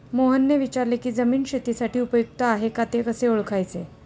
मोहनने विचारले की जमीन शेतीसाठी उपयुक्त आहे का ते कसे ओळखायचे?